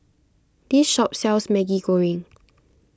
this shop sells Maggi Goreng